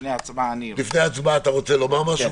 לפני ההצבעה אני רוצה --- לפני ההצבעה אתה רוצה לומר משהו,